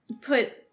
put